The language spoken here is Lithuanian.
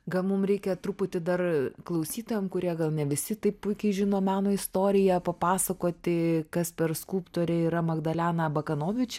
gal mum reikia truputį dar klausytojam kurie gal ne visi taip puikiai žino meno istoriją papasakoti kas per skulptorė yra magdalena bakanovič